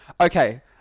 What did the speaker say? Okay